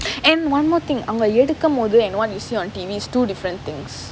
and one more thing அவங்க எடுக்கும் போது:avanga edukkum pothu and one you see on T_V is two different things